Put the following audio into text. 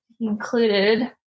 included